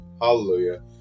Hallelujah